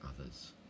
others